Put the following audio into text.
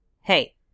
Hey